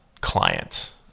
client